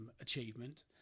achievement